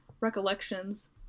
Recollections